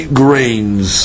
grains